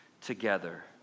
together